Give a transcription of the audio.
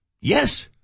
Yes